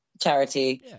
charity